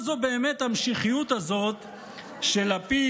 מה זו באמת המשיחיות הזאת שלפיד,